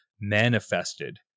manifested